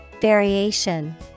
Variation